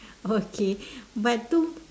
okay but too